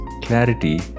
clarity